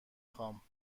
خوام